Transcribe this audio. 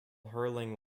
hurling